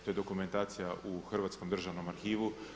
To je dokumentacija u Hrvatskom državnom arhivu.